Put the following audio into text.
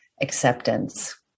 acceptance